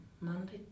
Monday